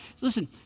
Listen